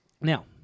Now